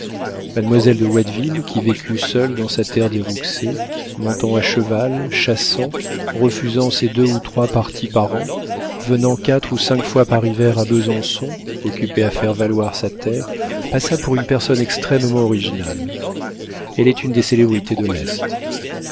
mademoiselle de watteville qui vécut seule dans sa terre des rouxey montant à cheval chassant refusant ses deux ou trois partis par an venant quatre ou cinq fois par hiver à besançon occupée à faire valoir sa terre passa pour une personne extrêmement originale elle est une des célébrités de l'est